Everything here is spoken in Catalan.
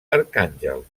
arcàngel